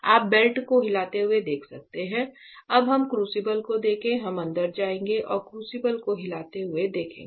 आप बेल्ट को हिलते हुए देख सकते हैं अब हम क्रूसिबल को देखें हम अंदर जाएंगे और क्रूसिबल को हिलते हुए देखेंगे